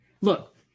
Look